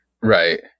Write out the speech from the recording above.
Right